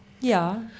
Ja